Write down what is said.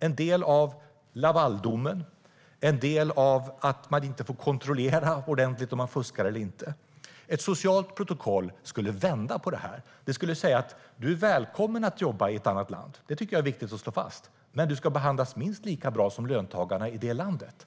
En del är Lavaldomen och att man inte får kontrollera ordentligt om företagen fuskar eller inte. Ett socialt protokoll skulle vända på det. Det skulle säga: Du är välkommen att jobba i ett annat land - det tycker jag är viktigt att slå fast - men du ska behandlas minst lika bra som löntagarna i det landet.